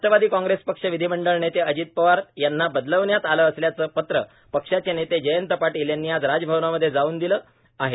राष्ट्रवादी काँग्रेस पक्ष विधीमंडळ नेते अजित पवार यांना बदलण्यात आलं असल्याचं पत्र पक्षाचे नेते जयंत पाटील यांनी आज राजभवानामध्ये जाऊन दिलं आहे